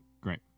Great